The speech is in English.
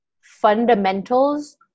fundamentals